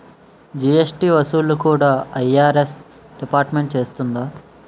GST వసూళ్లు కూడా IRS డిపార్ట్మెంటే చూస్తాది